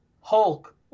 hulk